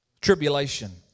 Tribulation